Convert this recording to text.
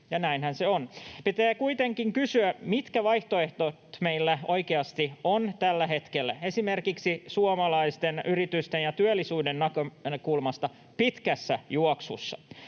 Pitää kuitenkin kysyä, mitä vaihtoehtoja meillä oikeasti on tällä hetkellä esimerkiksi suomalaisten yritysten ja työllisyyden näkökulmasta pitkässä juoksussa.